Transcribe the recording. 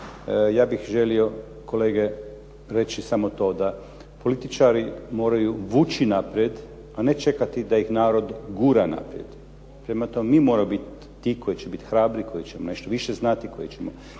ja bih želio kolege reći samo to da političari moraju vući naprijed, a ne čekati da ih narod gura naprijed. Prema tome, mi moramo biti ti koji će biti hrabri, koji ćemo nešto više znati, koji ćemo